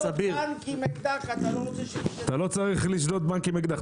-- בנק עם אקדח --- אתה לא צריך לשדוד בנק עם אקדח,